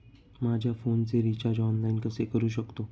माझ्या फोनचे recharge online कसे करू शकतो?